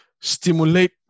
stimulate